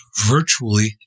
virtually